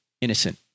Innocent